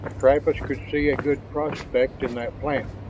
travis could see a good prospect in that plan.